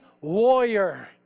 warrior